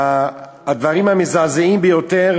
שהדברים המזעזעים ביותר,